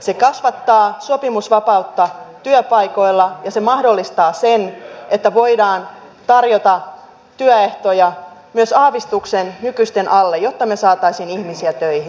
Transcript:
se kasvattaa sopimusvapautta työpaikoilla ja se mahdollistaa sen että voidaan tarjota työehtoja myös aavistuksen nykyisten alle jotta me saisimme ihmisiä töihin